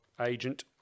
agent